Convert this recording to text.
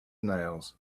nails